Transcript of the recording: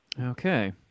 Okay